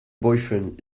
boyfriend